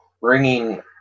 bringing